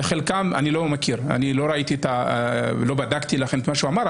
וחלקם אני לא מכיר לא בדקתי את מה שהוא אמר,